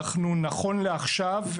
נכון לעכשיו,